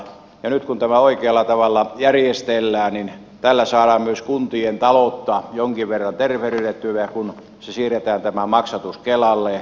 nyt kun tämä oikealla tavalla järjestellään niin tällä saadaan myös kuntien taloutta jonkin verran tervehdytettyä kun siirretään tämä maksatus kelalle